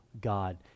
God